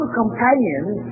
companions